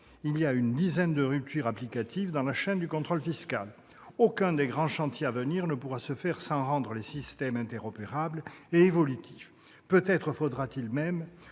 Il y a une dizaine de « ruptures applicatives » dans la chaîne du contrôle fiscal. Aucun des grands chantiers à venir ne pourra se faire sans rendre les systèmes interopérables et évolutifs. Peut-être faudra-t-il même